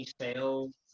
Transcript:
sales